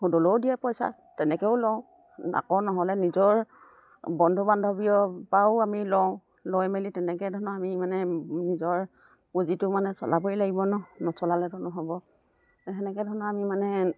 সুদলৈও দিয়ে পইচা তেনেকেও লওঁ আকৌ নহ'লে নিজৰ বন্ধু বান্ধৱীৰ পৰাও আমি লওঁ লৈ মেলি তেনেকে ধৰণৰ আমি মানে নিজৰ পুঁজিটো মানে চলাবই লাগিব নচলালেতো নহ'ব সেনেকে ধৰণৰ আমি মানে